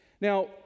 Now